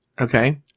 Okay